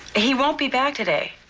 he won't be back today.